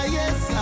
yes